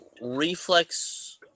reflex